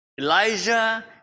Elijah